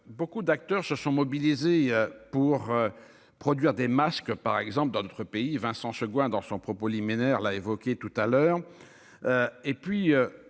Beaucoup d'acteurs se sont mobilisés pour produire des masques par exemple dans notre pays. Vincent Segouin dans son propos liminaire l'a évoqué tout à l'heure.